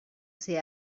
ser